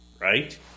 right